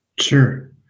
Sure